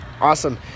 Awesome